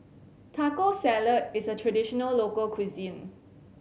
Taco Salad is a traditional local cuisine